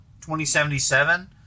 2077